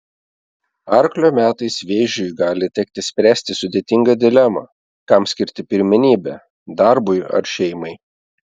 arklio metais vėžiui gali tekti spręsti sudėtingą dilemą kam skirti pirmenybę darbui ar šeimai